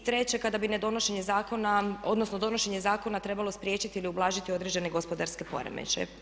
I treće, kada bi nedonošenje zakona odnosno donošenje zakona trebalo spriječiti ili ublažiti određene gospodarske poremećaje.